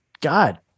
God